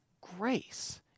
grace